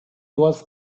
was